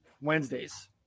Wednesdays